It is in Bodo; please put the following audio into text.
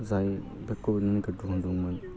जाय बे कभिड नाइन्टिनखौ दिहुनदोंमोन